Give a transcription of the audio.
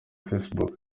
facebook